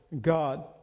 God